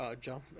jump